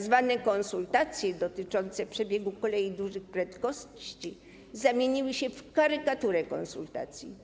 Tzw. konsultacje dotyczące przebiegu kolei dużych prędkości zamieniły się w karykaturę konsultacji.